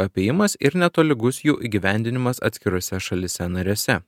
apėjimas ir netolygus jų įgyvendinimas atskirose šalyse narėse